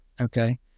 Okay